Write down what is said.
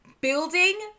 building